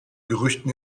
gerüchten